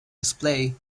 display